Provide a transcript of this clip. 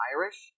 Irish